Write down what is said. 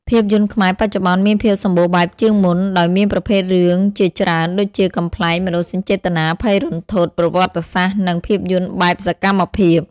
ភាពយន្តខ្មែរបច្ចុប្បន្នមានភាពសម្បូរបែបជាងមុន ដោយមានប្រភេទរឿងជាច្រើនដូចជា កំប្លែង មនោសញ្ចេតនា ភ័យរន្ធត់ ប្រវត្តិសាស្ត្រ និងភាពយន្តបែបសកម្មភាព។